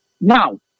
Now